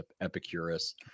Epicurus